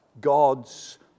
God's